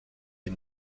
est